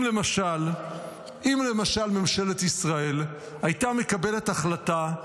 אם למשל ממשלת ישראל הייתה מקבלת החלטה,